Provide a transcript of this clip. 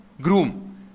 groom